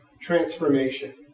transformation